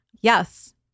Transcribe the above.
yes